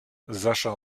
sascha